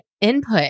input